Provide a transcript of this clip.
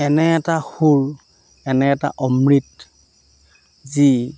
এনে এটা সুৰ এনে এটা অমৃত যি